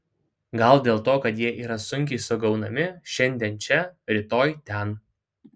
gal dėl to kad jie yra sunkiai sugaunami šiandien čia rytoj ten